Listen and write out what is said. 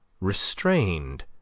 restrained